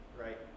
right